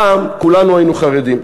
פעם כולנו היינו חרדים.